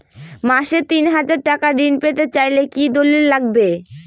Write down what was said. মাসে তিন হাজার টাকা ঋণ পেতে চাইলে কি দলিল লাগবে?